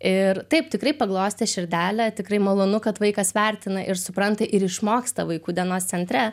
ir taip tikrai paglostė širdelę tikrai malonu kad vaikas vertina ir supranta ir išmoksta vaikų dienos centre